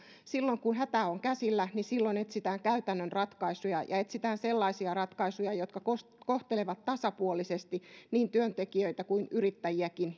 silloin kun hätä on käsillä etsitään käytännön ratkaisuja ja etsitään sellaisia ratkaisuja jotka kohtelevat kohtelevat tasapuolisesti niin työntekijöitä kuin yrittäjiäkin